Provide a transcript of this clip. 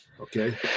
Okay